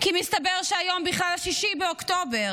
כי מסתבר שהיום בכלל 6 באוקטובר,